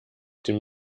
dem